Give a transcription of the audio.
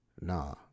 nah